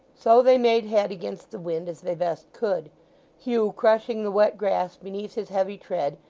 so they made head against the wind as they best could hugh crushing the wet grass beneath his heavy tread,